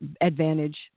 advantage